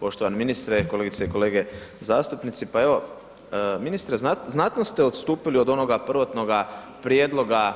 Poštovani ministre, kolegice i kolege zastupnici, pa evo ministre znatno ste odstupili od onoga prvotnoga prijedloga